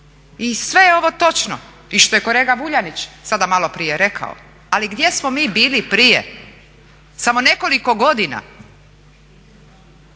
I sve je ovo točno. I što je kolega Vuljanić sada malo prije rekao, ali gdje smo mi bili prije samo nekoliko godina?